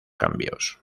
cambios